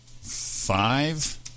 Five